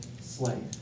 slave